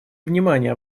внимания